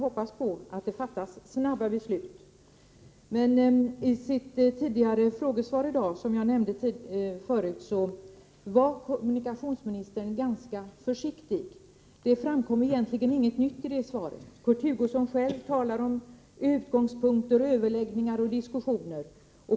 Se då till att det i frågan fattas ett snabbt beslut. I sitt frågesvar i dag var kommunikationsministern, som jag nämnde förut, ganska försiktig. Där framkom egentligen inget nytt, utan det hänvisades till utgångspunkter, överläggningar och diskussioner.